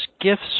gifts